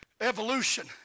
evolution